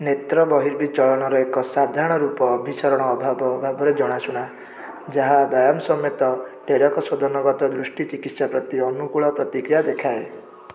ନେତ୍ର ବହିର୍ବିଚଳନର ଏକ ସାଧାରଣ ରୂପ ଅଭିସରଣ ଅଭାବ ଭାବରେ ଜଣାଶୁଣା ଯାହା ବ୍ୟାୟାମ ସମେତ ଟେରକ ଶୋଧନଗତ ଦୃଷ୍ଟି ଚିକିତ୍ସା ପ୍ରତି ଅନୁକୂଳ ପ୍ରତିକ୍ରିୟା ଦେଖାଏ